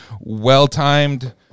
well-timed